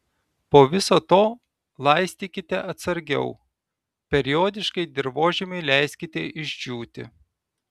po viso to laistykite atsargiau periodiškai dirvožemiui leiskite išdžiūti